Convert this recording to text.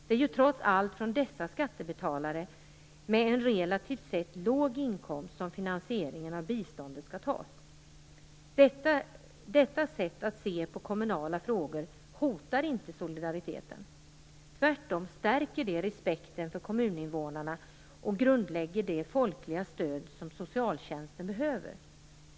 Det är trots allt från dessa skattebetalare, med en relativt sett låg inkomst, som finansieringen av biståndet skall tas. Detta sätt att se på kommunala frågor hotar inte solidariteten. Tvärtom stärker det respekten för kommuninvånarna och grundlägger det folkliga stöd som socialtjänsten behöver.